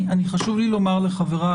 חשוב לי לומר לחבריי,